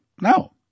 No